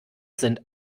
sind